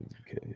Okay